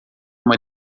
uma